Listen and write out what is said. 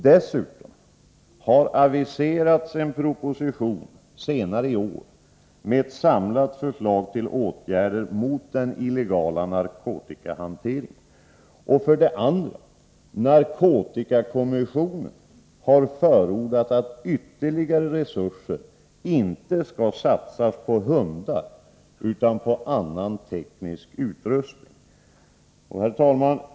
Dessutom har aviserats en proposition senare i år med ett samlat förslag till åtgärder mot den illegala narkotikahanteringen. För det andra har narkotikakommissionen förordat att ytterligare resurser inte skall satsas på hundar utan på annan, teknisk utrustning. Herr talman!